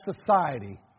society